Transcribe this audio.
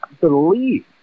believe